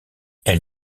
elle